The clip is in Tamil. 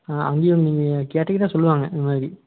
ஆ அங்கேயும் நீங்கள் கேட்டீங்கன்னா சொல்வாங்க இந்தமாதிரி